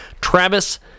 Travis